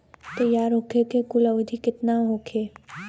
तैयार होखे के कुल अवधि केतना होखे?